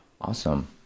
Awesome